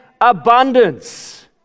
abundance